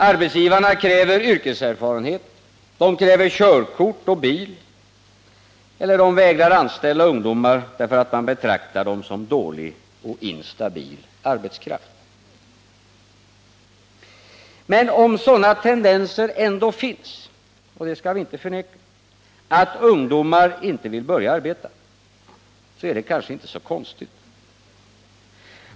Arbetsgivarna kräver yrkeserfarenhet, körkort, bil eller vägrar anställa ungdomar, därför att de betraktar dem som dålig och instabil arbetskraft. Men om sådana här tendenser ändå finns — och det skall vi inte förneka —att ungdomar inte vill börja arbeta, så är det kanske inte så konstigt.